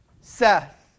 Seth